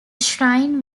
shrine